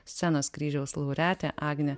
scenos kryžiaus laureatė agnė